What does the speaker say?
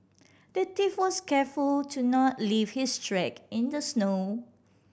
the thief was careful to not leave his track in the snow